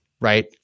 right